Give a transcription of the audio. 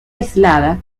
aislada